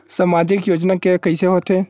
सामाजिक योजना के कइसे होथे?